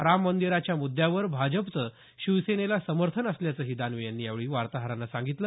राममंदीराच्या मुद्यावर भाजपचं शिवसेनेला समर्थन असल्याचंही दानवे यांनी यावेळी वार्ताहरांना सांगितलं